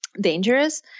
dangerous